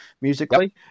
musically